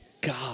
God